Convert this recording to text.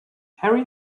harry